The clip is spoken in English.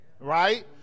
right